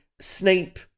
Snape